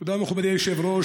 תודה, מכובדי היושב-ראש.